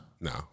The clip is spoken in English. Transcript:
No